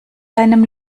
deinem